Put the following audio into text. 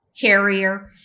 carrier